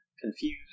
confused